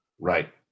Right